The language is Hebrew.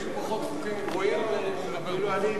תגישו פחות חוקים גרועים, נדבר פחות.